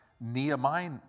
Nehemiah